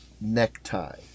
necktie